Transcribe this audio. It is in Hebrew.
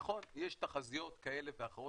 נכון, יש תחזיות כאלה ואחרות.